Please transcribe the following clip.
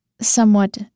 somewhat